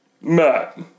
Matt